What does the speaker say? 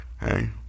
Hey